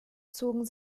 zogen